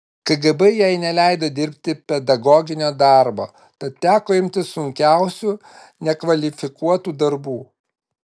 kgb jai neleido dirbti pedagoginio darbo tad teko imtis sunkiausių nekvalifikuotų darbų